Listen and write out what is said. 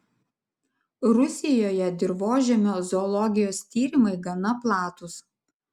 rusijoje dirvožemio zoologijos tyrimai gana platūs